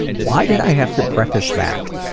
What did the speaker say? why did i have to preface that?